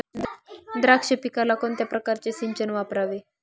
द्राक्ष पिकाला कोणत्या प्रकारचे सिंचन वापरावे?